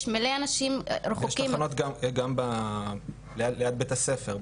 יש מלא אנשים רחוקים- -- יש תחנות גם ליד בית הספר.